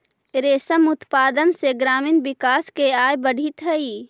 रेशम उत्पादन से ग्रामीण किसान के आय बढ़ित हइ